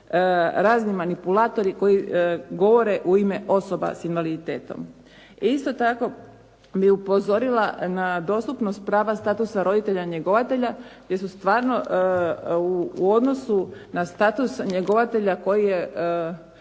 razni manipulatori koji govore u ime osoba sa invaliditetom. I isto tako bih upozorila na dostupnost prava statusa roditelja njegovatelja gdje su stvarno u odnosu na status njegovatelja koji je